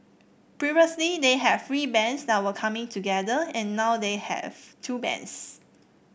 previously they had three bands that were coming together and now they have two bands